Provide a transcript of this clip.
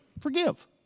forgive